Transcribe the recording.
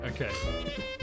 Okay